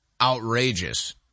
outrageous